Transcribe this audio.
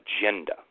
agenda